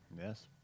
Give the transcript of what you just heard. Yes